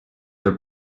are